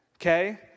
Okay